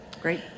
Great